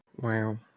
wow